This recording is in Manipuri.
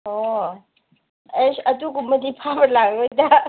ꯑꯣ ꯑꯩꯁ ꯑꯗꯨꯒꯨꯝꯕꯗꯤ ꯐꯥꯕ ꯂꯥꯛꯂꯣꯏꯗ